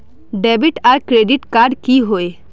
Debit आर credit card की होय?